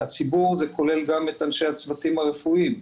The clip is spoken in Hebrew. והציבור, זה כולל גם את אנשי הצוותים הרפואיים.